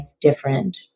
different